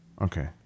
Okay